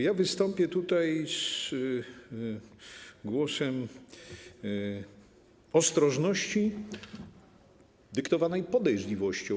Ja wystąpię tutaj z głosem ostrożności dyktowanej podejrzliwością.